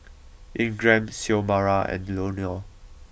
Ingram Xiomara and Leonor